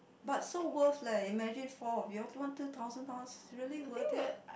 but so worth leh imagine four of you all one two thousand dollars is really worth it